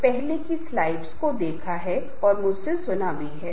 समूह में क्या मानदंड होने चाहिए जो स्वीकार्य अथवा अस्वीकार्य हो इस पर चर्चा होनी चाहिए